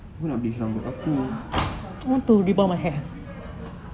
aku nak bleach rambut aku